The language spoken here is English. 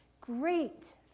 great